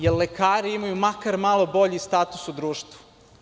Da li lekari imaju makar malo bolji status u društvu?